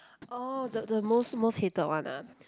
orh the the most most hated one ah